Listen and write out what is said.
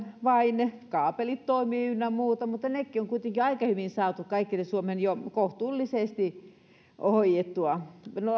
vain kaapelit toimivat ynnä muuta mutta nekin on kuitenkin aika hyvin jo saatu kaikkialle suomeen kohtuullisesti hoidettua langattomat hoituvat ei nyt